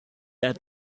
had